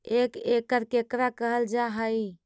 एक एकड़ केकरा कहल जा हइ?